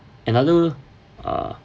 another err